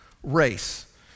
race